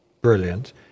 brilliant